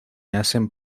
hacen